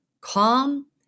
calm